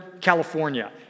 California